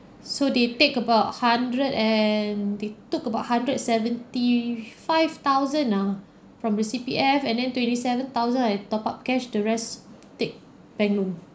so they take about hundred and they took about hundred seventy five thousand nah from the C_P_F and then twenty seven thousand I top up cash the rest take bank loan